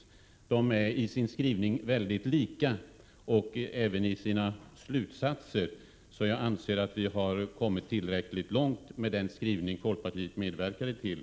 Majoritetsskrivningen och reservationens skrivning är mycket lika, och även slutsatserna är lika. Jag anser därför att man har gått tillräckligt långt i majoritetsskrivningen, som folkpartiet har medverkat till.